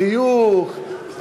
חיוך,